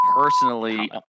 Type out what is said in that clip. personally